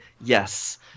Yes